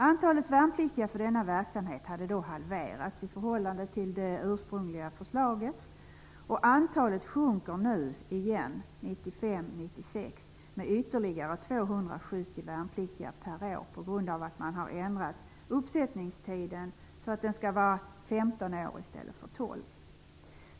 Antalet värnpliktiga för denna verksamhet hade då halverats i förhållande till det ursprungliga förslaget. Antalet sjunker nu igen 1995--1996 med ytterligare 270 värnpliktiga per år på grund av att man har ändrat uppsättningstiden så att den skall vara 15 år i stället för 12 år.